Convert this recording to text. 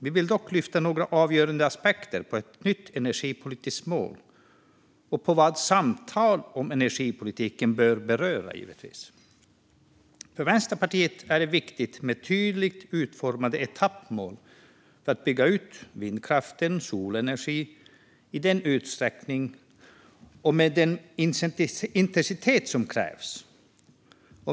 Vi vill dock lyfta några avgörande aspekter när det gäller ett nytt energipolitiskt mål och vad samtal om energipolitiken bör beröra. För Vänsterpartiet är det viktigt med tydligt utformade etappmål för att bygga ut vindkraft och solenergi i den utsträckning och med den intensitet som krävs.